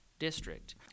district